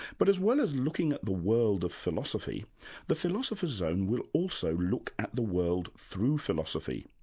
but as well as looking at the world of philosophy the philosopher's zone will also look at the world through philosophy.